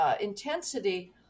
intensity